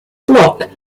block